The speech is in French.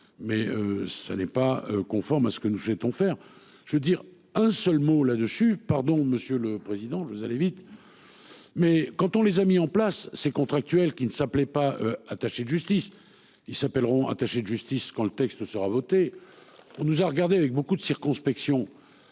mais ce n'est pas conforme à ce que nous souhaitons faire je veux dire un seul mot là-dessus, pardon monsieur le Président, je vais aller vite. Mais quand on les a mis en place ces contractuels qui ne s'appelait pas attaché de justice. Ils s'appelleront attaché de justice quand le texte sera voté. On nous a regardé avec beaucoup de circonspection.